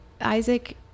Isaac